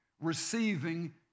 receiving